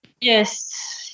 Yes